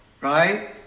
right